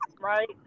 right